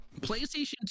PlayStation